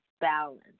balance